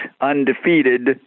undefeated